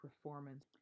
performance